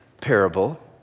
parable